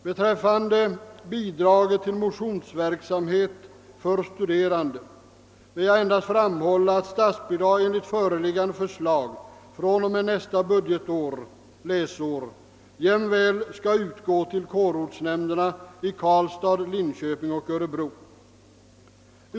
Beträffande bidraget till motionsverksamhet till studerande vill jag endast framhålla att statsbidrag enligt föreliggande förslag fr.o.m. nästa budgetår/ läsår jämväl skall utgå till kårortsnämnderna i Karlstad, Linköping och Örebro.